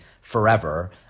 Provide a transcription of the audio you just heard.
forever